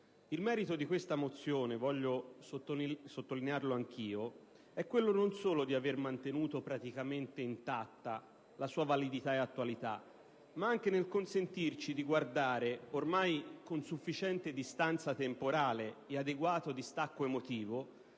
il merito di questa mozione, voglio sottolinearlo anch'io, è quello non solo di aver mantenuto, praticamente intatta, la sua validità e attualità, ma anche di consentirci di guardare, ormai con sufficiente distanza temporale e adeguato distacco emotivo